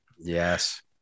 Yes